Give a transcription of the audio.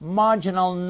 marginal